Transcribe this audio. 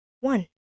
one